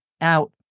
out